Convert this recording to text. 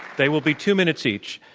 they will be two minutes each.